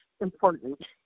important